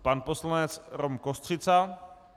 Pan poslanec Rom Kostřica.